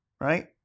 right